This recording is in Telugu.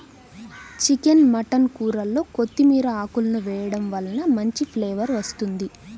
చికెన్ మటన్ కూరల్లో కొత్తిమీర ఆకులను వేయడం వలన మంచి ఫ్లేవర్ వస్తుంది